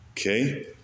Okay